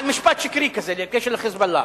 על משפט שקרי כזה בקשר ל"חיזבאללה".